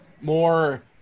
More